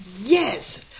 Yes